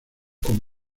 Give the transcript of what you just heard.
con